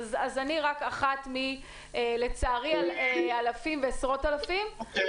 אז אני רק אחת מתוך אלפים ועשרות אלפים, לצערי.